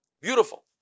Beautiful